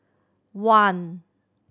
one